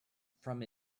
from